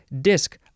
Disk